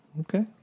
Okay